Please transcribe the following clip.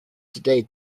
today